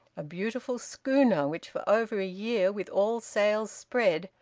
a beautiful schooner, which for over a year, with all sails spread,